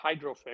Hydrofix